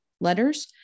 letters